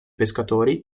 pescatori